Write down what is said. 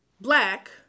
black